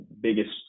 biggest